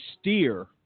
steer